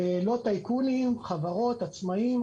לא טייקונים אלא חברות של עצמאים.